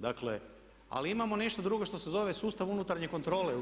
Dakle, ali imamo nešto drugo što se zove sustav unutarnje kontrole